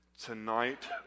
Tonight